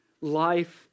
life